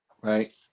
right